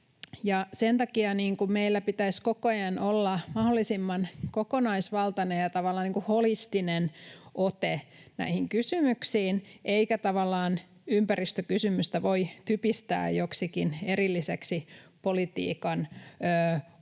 Sen takia meillä pitäisi koko ajan olla mahdollisimman kokonaisvaltainen ja tavallaan holistinen ote näihin kysymyksiin, eikä ympäristökysymystä voi typistää joksikin erilliseksi politiikan osaksi,